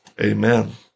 Amen